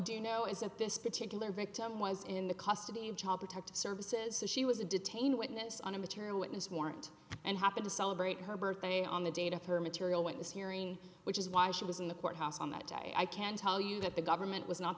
do know is that this particular victim was in the custody of child protective services so she was a detain witness on a material witness warrant and happy to celebrate her birthday on the date of her material witness hearing which is why she was in the courthouse on that day i can tell you that the government was not